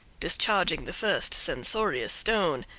discharging the first censorious stone.